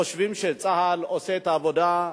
חושבים שצה"ל עושה את העבודה,